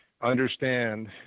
Understand